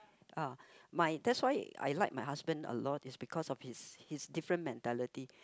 ah my that's why I like my husband a lot is because of his his different mentality